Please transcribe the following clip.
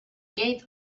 gate